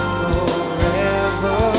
forever